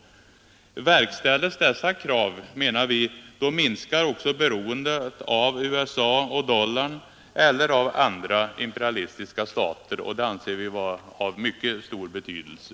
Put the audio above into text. Verkställs dessa krav, menar vi, minskar också beroendet av USA och dollarn eller av andra imperialistiska stater, och det anser vi vara av mycket stor betydelse.